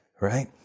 right